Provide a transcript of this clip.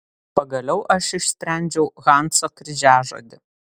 pagaliau aš išsprendžiau hanso kryžiažodį